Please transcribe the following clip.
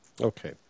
Okay